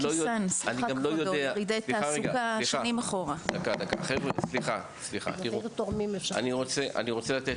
כמו שאמרתי, אני רוצה לצאת